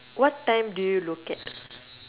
what time do you look at